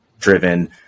driven